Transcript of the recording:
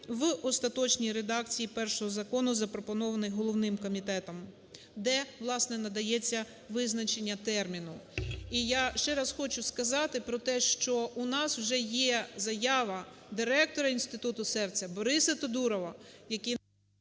в остаточній редакції першого закону запропонований головним комітетом, де власне, надається визначення терміну. І я ще раз хочу сказати про те, що у нас вже є заява директора Інституту серця Бориса Тодурова, який…